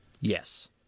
Yes